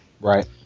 Right